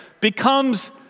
becomes